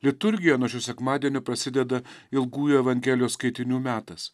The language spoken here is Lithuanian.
liturgija nuo šio sekmadienio prasideda ilgųjų evangelijos skaitinių metas